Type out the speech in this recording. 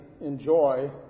enjoy